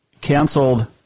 canceled